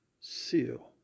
Seal